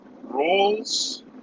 rules